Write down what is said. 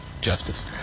justice